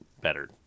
better